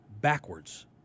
backwards